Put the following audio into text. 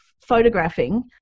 photographing